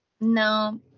No